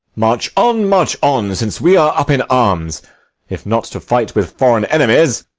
march on, march on, since we are up in arms if not to fight with foreign enemies,